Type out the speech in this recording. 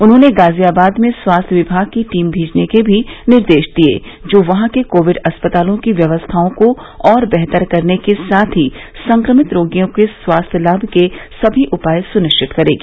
उन्होंने गाजियाबाद में स्वास्थ्य विभाग की टीम भेजने के भी निर्देश दिए जो वहां के कोविड अस्पतालों की व्यवस्थाओं को और बेहतर करने के साथ ही संक्रमित रोगियों के स्वास्थ्य लाभ के सभी उपाय सुनिश्चित करेगी